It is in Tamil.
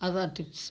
அதுதான் டிப்ஸ்